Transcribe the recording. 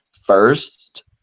first